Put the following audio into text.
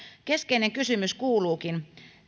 keskeinen kysymys kuuluukin